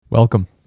Welcome